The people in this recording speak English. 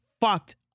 fucked